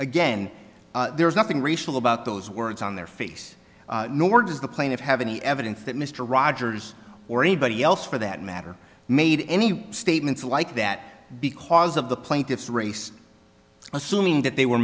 again there is nothing racial about those words on their face nor does the plaintiffs have any evidence that mr rogers or anybody else for that matter made any statements like that because of the plaintiff's race assuming that they were